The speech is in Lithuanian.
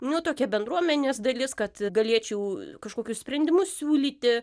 niu tokia bendruomenės dalis kad galėčiau kažkokius sprendimus siūlyti